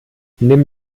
nimm